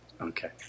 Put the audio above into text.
Okay